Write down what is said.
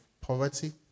poverty